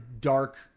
dark